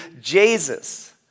Jesus